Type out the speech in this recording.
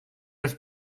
los